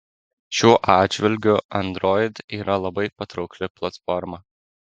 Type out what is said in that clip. šiuo atžvilgiu android yra labai patraukli platforma